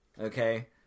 Okay